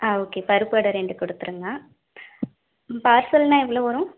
ஆ okay பருப்பு வடை ரெண்டு கொடுத்துருங்க பார்சல்ன்னா எவ்வளோ வரும்